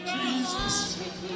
Jesus